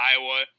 Iowa